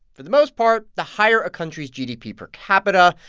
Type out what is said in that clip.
for the most part, the higher a country's gdp per capita,